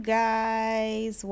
guys